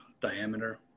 diameter